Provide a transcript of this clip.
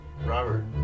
Robert